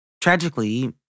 Tragically